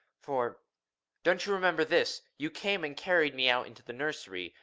for don't you remember this you came and carried me out into the nursery.